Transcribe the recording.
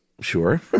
sure